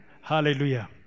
hallelujah